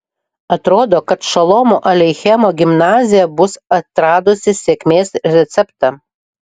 atrodo kad šolomo aleichemo gimnazija bus atradusi sėkmės receptą